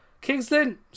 Kingston